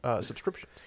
subscription